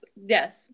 Yes